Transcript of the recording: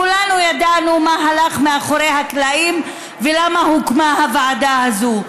כולנו ידענו מה הלך מאחורי הקלעים ולמה הוקמה הוועדה הזו,